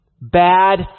Bad